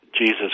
Jesus